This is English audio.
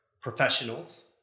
professionals